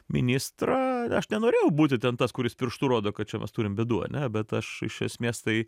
ministrą aš nenorėjau būti ten tas kuris pirštu rodo kad čia mes turim bėdų ane bet aš iš esmės tai